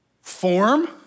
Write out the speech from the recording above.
Form